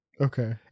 Okay